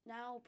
Now